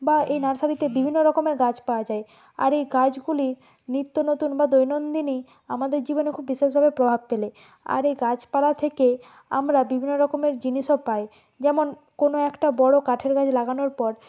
বা এই নার্সারিতে বিভিন্ন রকমের গাছ পাওয়া যায় আর এই গাছগুলি নিত্যনতুন বা দৈনন্দিনই আমাদের জীবনে খুব বিশেষভাবে প্রভাব ফেলে আর এই গাছপালা থেকে আমরা বিভিন্ন রকমের জিনিসও পাই যেমন কোনো একটা বড়ো কাঠের গাছ লাগানোর পর